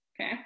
okay